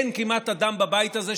אין כמעט אדם בבית הזה,